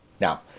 Now